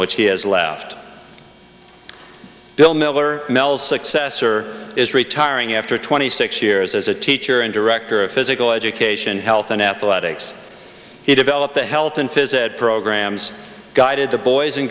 which he has left bill miller mel's successor is retiring after twenty six years as a teacher and director of physical education health and athletics he developed the health and physical programs guided the boys and